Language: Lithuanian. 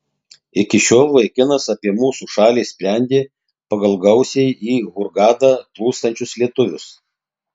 iki tol vaikinas apie mūsų šalį sprendė pagal gausiai į hurgadą plūstančius lietuvius